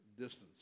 distance